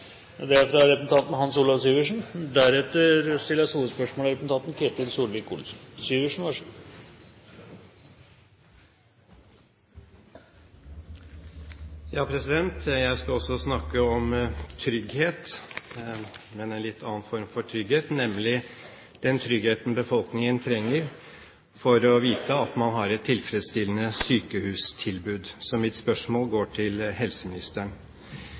hovedspørsmål. Jeg skal også snakke om trygghet, men en litt annen form for trygghet, nemlig den tryggheten befolkningen trenger ved å vite at man har et tilfredsstillende sykehustilbud. Så mitt spørsmål går til helseministeren.